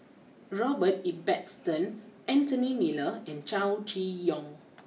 Robert Ibbetson Anthony Miller and Chow Chee Yong